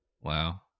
Wow